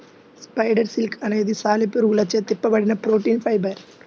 spider silk అనేది సాలెపురుగులచే తిప్పబడిన ప్రోటీన్ ఫైబర్